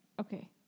Okay